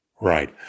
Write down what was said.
Right